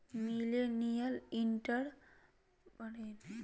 millennial entrepreneurship से value work life balance के जानकारी मिलो हय